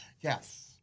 Yes